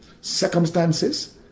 circumstances